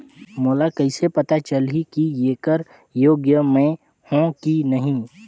मोला कइसे पता चलही की येकर योग्य मैं हों की नहीं?